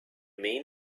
mean